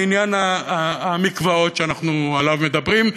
לעניין המקוואות שעליו אנחנו מדברים,